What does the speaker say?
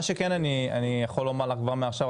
מה שכן אני יכול לומר לך כבר מעכשיו,